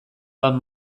bat